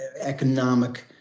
economic